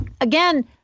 again